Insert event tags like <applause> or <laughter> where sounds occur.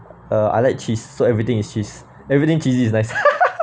uh I like cheese so everything is cheese everything cheesy is nice <laughs>